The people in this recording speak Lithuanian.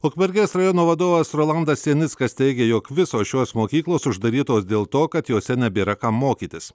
ukmergės rajono vadovas rolandas janickas teigė jog visos šios mokyklos uždarytos dėl to kad jose nebėra kam mokytis